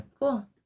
Cool